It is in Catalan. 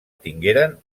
tingueren